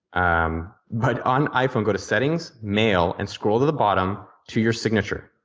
um but on iphone go to settings, mail and scroll to the bottom, to your signature.